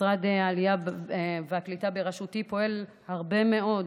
משרד העלייה והקליטה בראשותי פועל הרבה מאוד